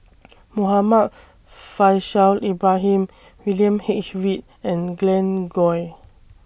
Muhammad Faishal Ibrahim William H Read and Glen Goei